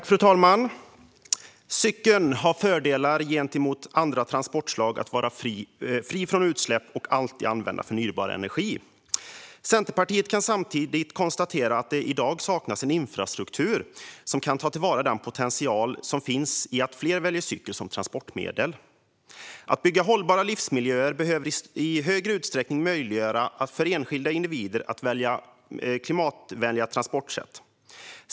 Fru talman! Cykeln har fördelar gentemot andra transportslag genom att den är fri från utsläpp och alltid drivs med förnybar energi. Centerpartiet kan samtidigt konstatera att det i dag saknas en infrastruktur som kan ta till vara den potential som finns i att fler väljer cykel som transportmedel. Att bygga hållbara livsmiljöer behöver i större utsträckning möjliggöra för enskilda individer att välja klimatvänliga transportsätt.